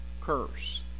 curse